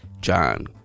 John